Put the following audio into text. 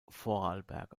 vorarlberg